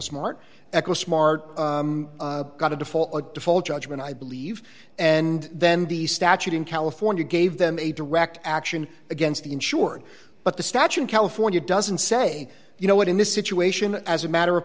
smart eco smart got a default a default judgment i believe and then the statute in california gave them a direct action against the insured but the statue in california doesn't say you know what in this situation as a matter of